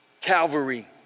Calvary